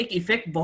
effect